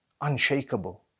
unshakable